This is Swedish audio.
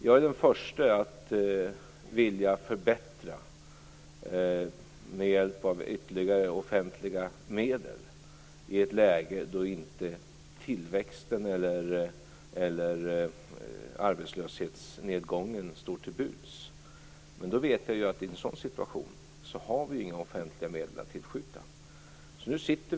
Jag är den förste att vilja förbättra med hjälp av ytterligare offentliga medel i ett läge då tillväxten eller arbetslöshetsnedgången inte står till buds. Men jag vet att vi inte har några offentliga medel att tillskjuta i en sådan situation.